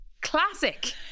classic